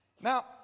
Now